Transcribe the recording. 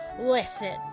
Listen